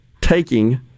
taking